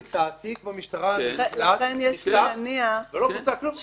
אתה אומר שהכול נמצא תיק במשטרה נקלט ולא בוצע כלום.